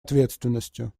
ответственностью